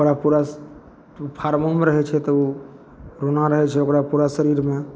ओकरा पूरा फार्मोमे रहै छै तऽ रोइआँ रहै छै ओकरा पूरा शरीरमे